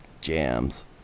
jams